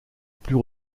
plus